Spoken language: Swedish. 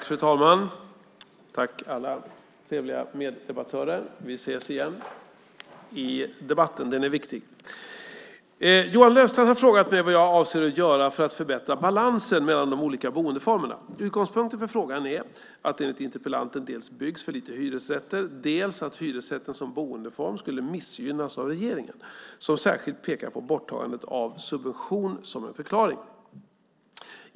Fru talman! Johan Löfstrand har frågat mig vad jag avser att göra för att förbättra balansen mellan de olika boendeformerna. Utgångspunkten för frågan är enligt interpellanten dels att det byggs för lite hyresrätter, dels att hyresrätten som boendeform skulle missgynnas av regeringen, som särskilt pekar på borttagandet av subvention som en förklaring.